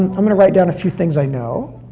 and i'm gonna write down a few things i know.